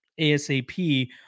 ASAP